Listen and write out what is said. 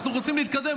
אנחנו רוצים להתקדם.